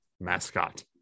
mascot